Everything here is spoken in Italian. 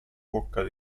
bocca